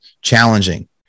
challenging